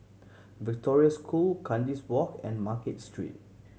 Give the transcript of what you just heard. Victoria School Kandis Walk and Market Street